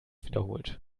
wiederholt